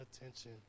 attention